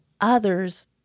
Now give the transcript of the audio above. others